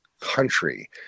country